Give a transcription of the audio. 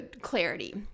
clarity